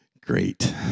great